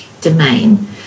domain